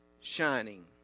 shining